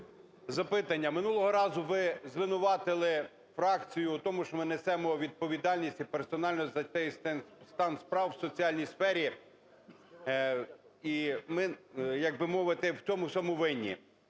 запитання. Минулого разу ви звинуватили фракцію у тому, що ми несемо відповідальність і персонально за той стан справ у соціальній сфері і ми, як би мовити, в цьому всьому винні.